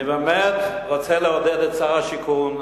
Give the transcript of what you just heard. אני באמת רוצה לעודד את שר השיכון.